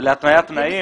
זה להתניית תנאים,